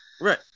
right